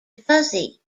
fuzzy